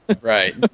Right